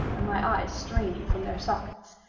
and my eyes straining from their sockets,